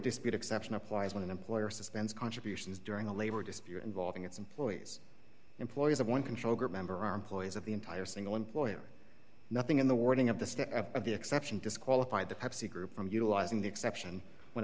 dispute exception applies when an employer suspends contributions during a labor dispute involving its employees employees of one control group member or employees of the entire single employer nothing in the wording of the state of the exception disqualified the pepsi group from utilizing the exception when